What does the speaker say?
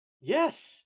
Yes